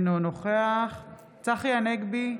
אינו נוכח צחי הנגבי,